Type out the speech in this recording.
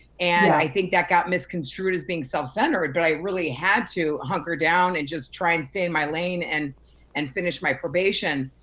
and i think that got misconstrued as being self-centered. but i really had to hunker down and just try and stay in my lane and and finish my probation.